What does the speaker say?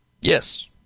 Yes